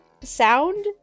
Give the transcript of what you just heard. sound